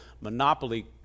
monopoly